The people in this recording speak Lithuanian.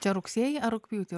čia rugsėjį ar rugpjūtį